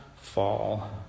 fall